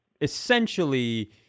essentially